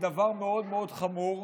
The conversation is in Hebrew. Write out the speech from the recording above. היא דבר מאוד מאוד חמור.